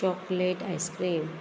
chocolate ice-cream